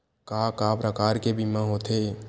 का का प्रकार के बीमा होथे?